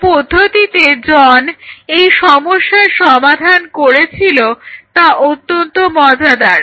যে পদ্ধতিতে জন এই সমস্যার সমাধান করেছিল তা অত্যন্ত মজাদার